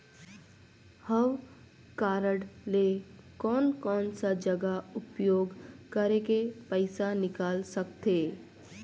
हव कारड ले कोन कोन सा जगह उपयोग करेके पइसा निकाल सकथे?